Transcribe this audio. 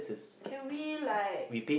can we like